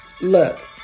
Look